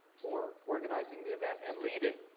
for organizing the event and leading.